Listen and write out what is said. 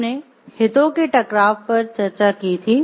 हमने हितों के टकराव पर चर्चा की थी